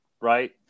right